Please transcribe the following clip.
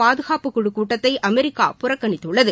பாதுகாப்பு குழு கூட்டத்தை அமெரிக்கா புறக்கணித்துள்ளது